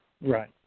Right